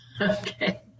Okay